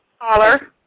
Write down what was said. caller